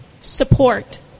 support